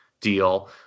deal